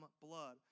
blood